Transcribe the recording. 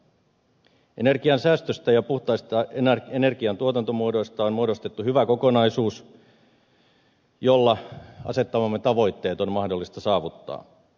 energian säästöstä ja puhtaista energiantuotantomuodoista on muodostettu hyvä kokonaisuus jolla asettamamme tavoitteet on mahdollista saavuttaa